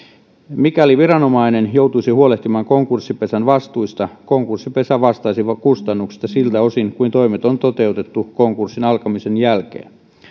mikäli viranomainen joutuisi huolehtimaan konkurssipesän vastuista konkurssipesä vastaisi kustannuksista siltä osin kuin toimet on toteutettu konkurssin alkamisen jälkeen